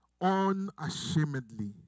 unashamedly